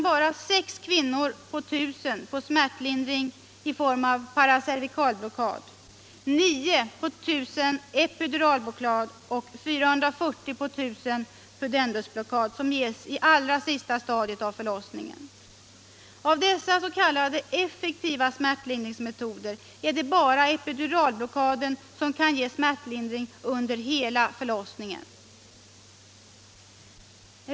Bara 6 kvinnor på 1000 kan få smärtlindring i form av paracervikalblockad, 9 på 1 000 epiduralblockad och 440 på 1000 pudendusblockad som ges i allra sista stadiet av förlossningen. Av dessa s.k. effektiva smärtlindringsmetoder är det bara epiduralblockaden som ger smärtlindring under hela förlossningen.